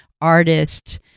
Artist